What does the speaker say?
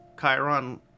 Chiron